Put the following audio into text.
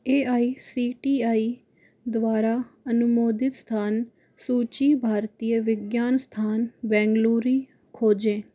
A I C T E द्वारा अनुमोदित स्थान सूची भारतीय विज्ञान स्थान बेंगलुरु खोजें